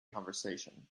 conversation